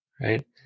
right